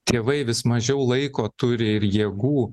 tėvai vis mažiau laiko turi ir jėgų